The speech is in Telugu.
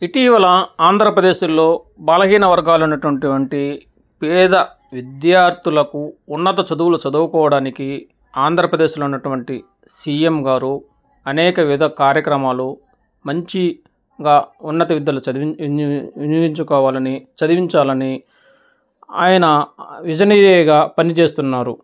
ఇటీవల ఆంధ్రప్రదేశ్లో బలహీన వర్గాలు అయినటువంటి పేద విద్యార్థులకు ఉన్నత చదువులు చదువుకోవడానికి ఆంధ్రప్రదేశ్లో ఉన్నటువంటి సీ ఎమ్ గారు అనేక విధ కార్యక్రమాలు మంచిగా ఉన్నత విద్యలు చదివిం వినియోగించుకోవాలని చదివించాలని ఆయన విధేయునిగా పనిచేస్తున్నారు